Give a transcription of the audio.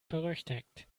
berüchtigt